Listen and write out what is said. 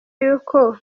yuko